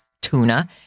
tuna